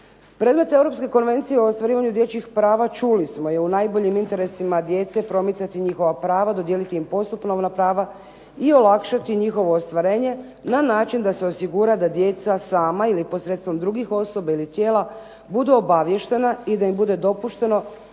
Predmet europske Konvencije o ostvarivanju dječjih prava čuli smo je u najboljem interesima djece promicati njihova prava, dodijeliti im postupovna prava i olakšati njihovo ostvarenje na način da se osigura da djeca sama ili posredstvom drugih osoba ili tijela budu obaviještena i da im bude dopušteno